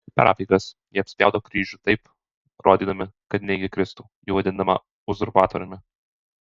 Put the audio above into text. per apeigas jie apspjaudo kryžių taip rodydami kad neigia kristų jų vadinamą uzurpatoriumi